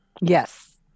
Yes